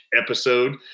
episode